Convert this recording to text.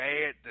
Bad